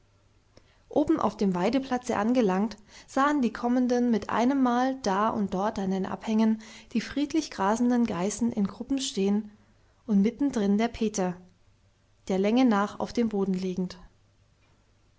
oben auf dem weideplatze angelangt sahen die kommenden mit einemmal da und dort an den abhängen die friedlich grasenden geißen in gruppen stehen und mittendrin den peter der länge nach auf dem boden liegend